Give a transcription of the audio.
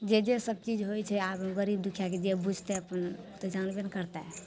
जे जे सबचीज होइ छै आब गरीब दुखिआके जे बुझतै अपन तऽ जानबे ने करतै